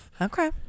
okay